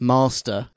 Master